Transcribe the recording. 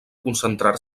concentrar